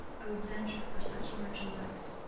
i would adventure for such merchandise.